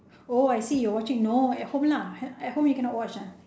oh I see you're watching no at home lah at home you cannot watch ah